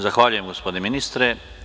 Zahvaljujem, gospodine ministre.